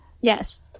Yes